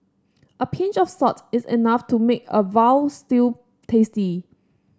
a pinch of salt is enough to make a veal stew tasty